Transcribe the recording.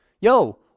yo